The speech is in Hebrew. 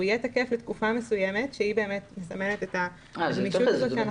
הוא יהיה תקף לתקופה מסוימת שהיא באמת מסמלת את הגמישות הזאת.